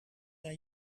naar